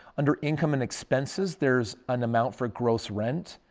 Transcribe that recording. under income and expenses, there's an amount for gross rent,